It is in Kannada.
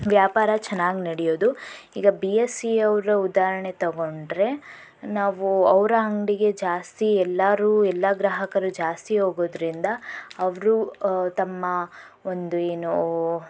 ವ್ಯಾಪಾರ ಚೆನ್ನಾಗಿ ನಡೆಯೋದು ಈಗ ಬಿ ಎಸ್ ಇ ಅವರ ಉದಾಹರಣೆ ತಗೊಂಡ್ರೆ ನಾವು ಅವರ ಅಂಗಡಿಗೆ ಜಾಸ್ತಿ ಎಲ್ಲರೂ ಎಲ್ಲ ಗ್ರಾಹಕರು ಜಾಸ್ತಿ ಹೋಗೋದ್ರಿಂದ ಅವರು ತಮ್ಮ ಒಂದು ಏನು